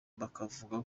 bakavuga